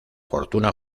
fortuna